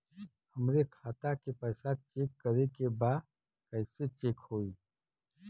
हमरे खाता के पैसा चेक करें बा कैसे चेक होई?